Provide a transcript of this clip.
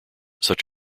such